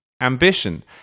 ambition